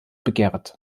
begehrt